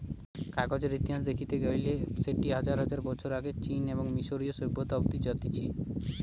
কাগজের ইতিহাস দেখতে গেইলে সেটি হাজার হাজার বছর আগে চীন এবং মিশরীয় সভ্যতা অব্দি জাতিছে